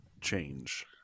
change